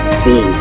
see